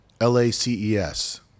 LACES